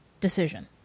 decision